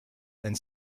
and